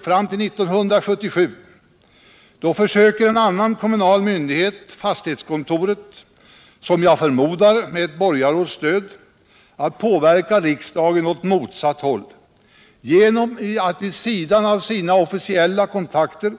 Framme vid 1977 försöker en annan kommunal myndighet, fastighetskontoret —- jag förmodar med borgarrådets stöd — att påverka riksdagen åt motsatt håll genom att vid sidan av sina officiella kontakter